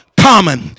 common